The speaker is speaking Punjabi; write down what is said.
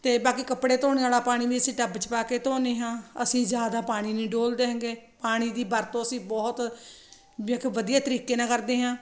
ਅਤੇ ਬਾਕੀ ਕੱਪੜੇ ਧੋਣ ਵਾਲਾ ਪਾਣੀ ਵੀ ਅਸੀਂ ਟੱਬ 'ਚ ਪਾ ਕੇ ਧੋਂਦੇ ਹਾਂ ਅਸੀਂ ਜ਼ਿਆਦਾ ਪਾਣੀ ਨਹੀਂ ਡੋਲਦੇ ਹੈਗੇ ਪਾਣੀ ਦੀ ਵਰਤੋਂ ਅਸੀਂ ਬਹੁਤ ਵੀ ਇੱਕ ਵਧੀਆ ਤਰੀਕੇ ਨਾਲ ਕਰਦੇ ਹਾਂ